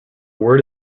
word